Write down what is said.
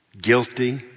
guilty